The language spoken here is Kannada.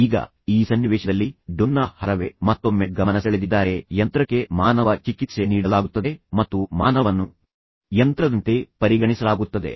ಈಗ ಈ ಸನ್ನಿವೇಶದಲ್ಲಿ ಡೊನ್ನಾ ಹರವೆ ಮತ್ತೊಮ್ಮೆ ಗಮನಸೆಳೆದಿದ್ದಾರೆ ಯಂತ್ರಕ್ಕೆ ಮಾನವ ಚಿಕಿತ್ಸೆ ನೀಡಲಾಗುತ್ತದೆ ಮತ್ತು ಮಾನವನನ್ನು ಯಂತ್ರದಂತೆ ಪರಿಗಣಿಸಲಾಗುತ್ತದೆ